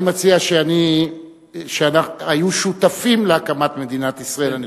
אני מציע: היו שותפים להקמת מדינת ישראל.